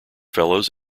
fellows